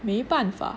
没办法